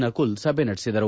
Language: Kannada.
ನಕುಲ್ ಸಭೆ ನಡೆಸಿದರು